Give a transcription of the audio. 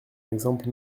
exemple